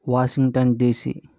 Washington DC